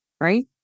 right